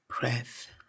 breath